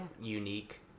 unique